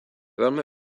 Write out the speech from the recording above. velmi